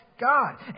God